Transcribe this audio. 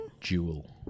Jewel